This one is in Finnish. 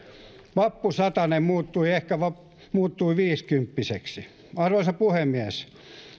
vappusatanen muuttui viisikymppiseksi arvoisa puhemies